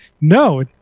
no